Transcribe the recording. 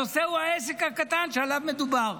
הנושא הוא העסק הקטן שעליו מדובר.